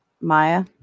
Maya